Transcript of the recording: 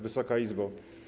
Wysoka Izbo!